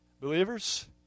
believers